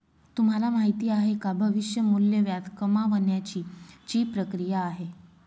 तुम्हाला माहिती आहे का? भविष्य मूल्य व्याज कमावण्याची ची प्रक्रिया आहे